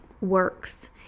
works